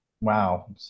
wow